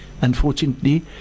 unfortunately